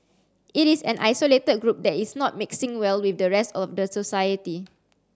it is an isolated group that is not mixing well with the rest of society